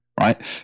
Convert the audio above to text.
right